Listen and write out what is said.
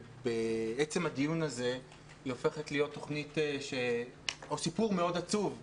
ובעצם הדיון הזה היא הופכת להיות סיפור עצוב מאוד,